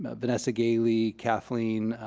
but vanessa galey, kathleen,